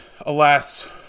alas